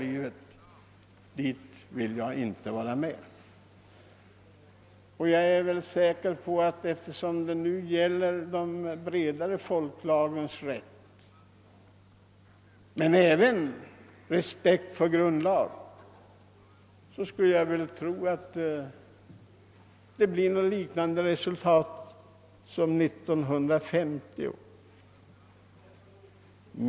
Så långt vill jag inte vara med. När det nu gäller de breda folklagrens rätt — men även respekten för grundlagarna — tror jag att slutresultatet blir ungefär detsamma som 1950.